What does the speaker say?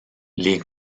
les